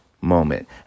moment